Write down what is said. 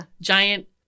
giant